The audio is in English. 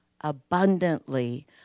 abundantly